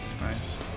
Nice